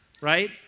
right